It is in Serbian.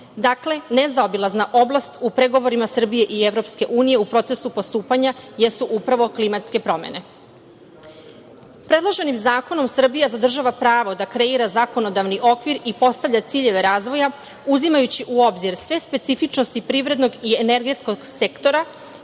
Dakle, nezaobilazna oblast u pregovorima Srbije i EU u procesu postupanja jesu upravo klimatske promene. Predloženim zakonom Srbija zadržava pravo da kreira zakonodavni okvir i postavlja ciljeve razvoja uzimajući u obzir sve specifičnosti privrednog i energetskog sektora,